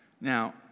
Now